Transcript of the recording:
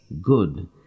good